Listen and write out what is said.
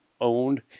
owned